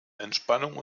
entspannung